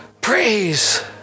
praise